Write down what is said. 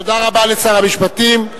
תודה רבה לשר המשפטים.